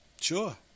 sure